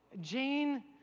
Jane